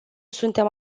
suntem